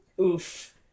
Oof